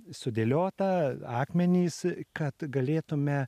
sudėliota akmenys kad galėtume